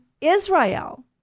Israel